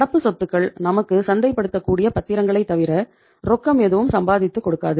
நடப்பு சொத்துக்கள் நமக்கு சந்தைப்படுத்தக்கூடிய பத்திரங்களை தவிர ரொக்கம் எதுவும் சம்பாதித்து கொடுக்காது